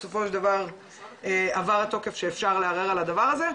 בסופו של דבר עברת התוקף שאפשר לערער על הדבר הזה,